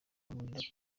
muri